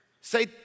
say